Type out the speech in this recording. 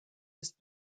ist